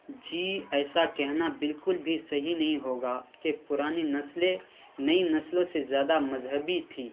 جی ایسا کہنا بالکل بھی صحیح نہیں ہوگا کہ پرانی نسلیں نئی نسلوں سے زیادہ مذہبی تھیں